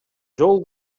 жол